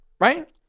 right